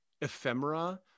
ephemera